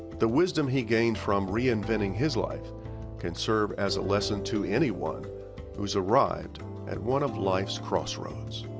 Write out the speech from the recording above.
the wisdom he gained from reinventing his life can serve as a lesson to anyone who's arrived at one of life's crossroads.